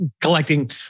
collecting